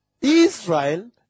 Israel